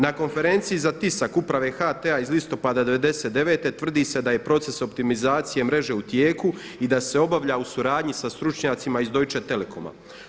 Na konferenciji za tisak uprave HT-a iz listopada '99. tvrdi se da je proces optimizacije mreže u tijeku i da se obavlja u suradnji sa stručnjacima i Deutsche Telekoma.